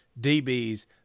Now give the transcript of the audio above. DBs